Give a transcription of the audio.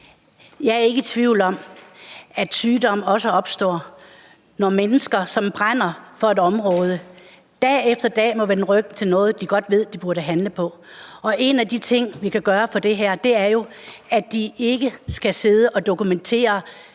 Jeg er ikke i tvivl om, at sygdom også opstår, når mennesker, som brænder for et område, dag efter dag må vende ryggen til noget, de godt ved de burde handle på. En af de ting, vi kan gøre på det område, er jo at sørge for, at de ikke skal sidde og dokumentere,